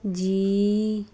G